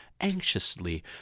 anxiously